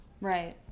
Right